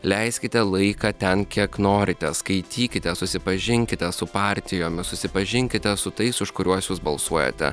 leiskite laiką ten kiek norite skaitykite susipažinkite su partijomis susipažinkite su tais už kuriuos jūs balsuojate